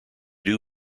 doo